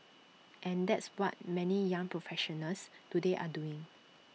and that's what many young professionals today are doing